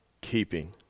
keeping